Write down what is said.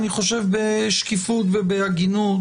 אני חושב בשקיפות ובהגינות,